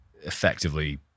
effectively